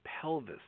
pelvis